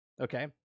Okay